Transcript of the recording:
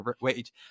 wage